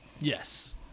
Yes